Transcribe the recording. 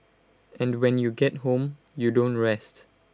and when you get home you don't rest